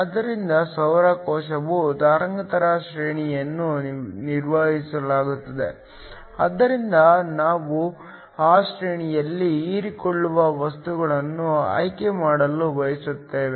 ಆದ್ದರಿಂದ ಸೌರ ಕೋಶವು ತರಂಗಾಂತರ ಶ್ರೇಣಿಯನ್ನು ನಿವಾರಿಸಲಾಗಿದೆ ಆದ್ದರಿಂದ ನಾವು ಆ ಶ್ರೇಣಿಯಲ್ಲಿ ಹೀರಿಕೊಳ್ಳುವ ವಸ್ತುಗಳನ್ನು ಆಯ್ಕೆ ಮಾಡಲು ಬಯಸುತ್ತೇವೆ